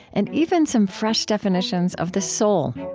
and even some fresh definitions of the soul